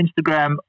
Instagram